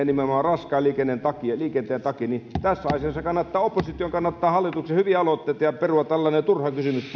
nimenomaan raskaan liikenteen takia niin tässä asiassa kannattaa opposition kannattaa hallituksen hyviä aloitteita ja perua tällainen turha kysymys